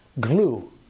Glue